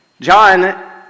John